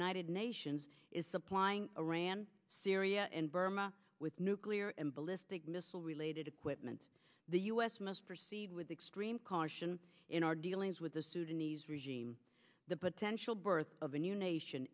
united nations is supplying ran syria and burma with nuclear and ballistic missile related equipment the u s must proceed with extreme caution in our dealings with the sudanese regime the potential birth of a new nation